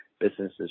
businesses